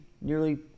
nearly